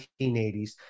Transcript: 1980s